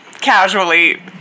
casually